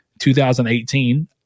2018